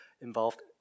involved